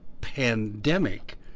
pandemic